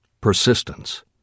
Persistence